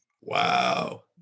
Wow